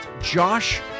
Josh